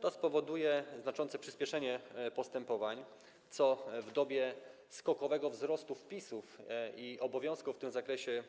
To spowoduje znaczące przyspieszenie postępowań, co w dobie skokowego wzrostu wpisów i obowiązków sądów w tym zakresie